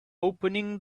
opening